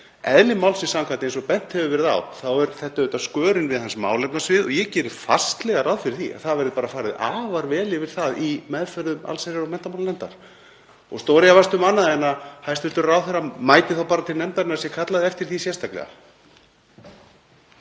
en eðli málsins samkvæmt, eins og bent hefur verið á, er þetta auðvitað skörun við hans málefnasvið og ég geri fastlega ráð fyrir því að það verði bara farið afar vel yfir það í meðförum allsherjar- og menntamálanefndar og stórefast um annað en að hæstv. ráðherra mæti þá bara til nefndarinnar sé kallað eftir því sérstaklega.